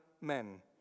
men